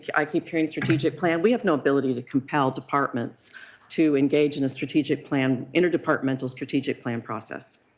i keep hearing strategic plan. we have no ability to compel departments to engage in a strategic plan, interdepartmental strategic plan process.